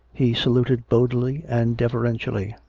he saluted boldly and deferentially.